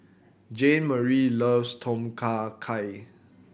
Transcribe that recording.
Jeanmarie loves Tom Kha Gai